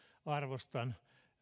arvostan